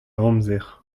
amzer